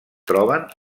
troben